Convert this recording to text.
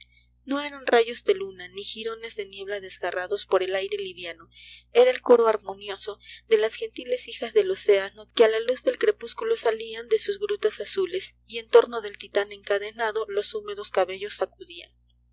no eran rayos de luna ni girones de niebla desgarrados por el aire liviano era el coro armonioso de las gentiles hijas del océano que á la luz del crepú ulo salian de sus grutas azules y en torno del titan encadenado los húmedos cabellos